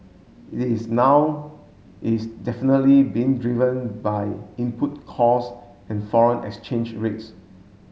it is now is definitely being driven by input cost and foreign exchange rates